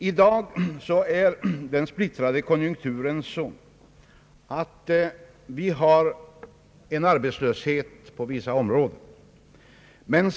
I dag är den splittrade konjunkturen sådan, att vi har en arbetslöshet på vissa områden.